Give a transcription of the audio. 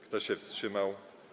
Kto się wstrzymał?